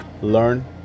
Learn